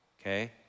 okay